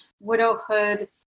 widowhood